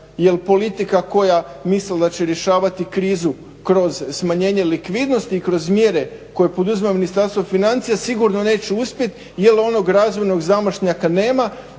jel politika koja misli da će rješavati krizu kroz smanjenje likvidnosti i kroz mjere koje poduzima Ministarstvo financija sigurno neće uspjeti jer onog razvojnog zamašnjaka nema